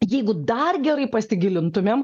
jeigu dar gerai pasigilintumėm